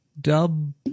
Dub